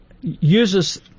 uses